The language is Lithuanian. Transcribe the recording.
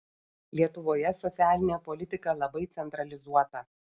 lietuvoje socialinė politika labai centralizuota